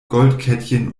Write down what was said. goldkettchen